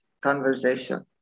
conversation